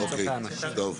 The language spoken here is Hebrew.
אוקיי, טוב.